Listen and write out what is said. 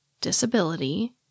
disability